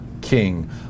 king